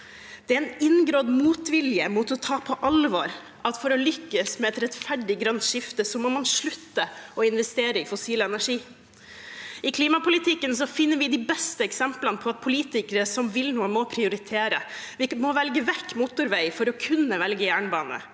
Det er en inngrodd motvilje mot å ta på alvor at for å lykkes med et rettferdig grønt skifte, må man slutte å investere i fossil energi. I klimapolitikken finner vi de beste eksemplene på at politikere som vil noe, må prioritere. Vi må velge vekk motorvei for å kunne velge jernbane;